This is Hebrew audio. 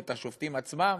את השופטים עצמם?